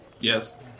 Yes